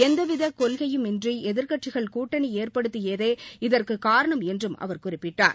எவ்வித கொள்கையுமின்றி எதிர்க்கட்சிகள் கூட்டணி ஏற்படுத்தியிருப்பதே இதற்குக் காரணம் என்றும் அவர் குறிப்பிட்டார்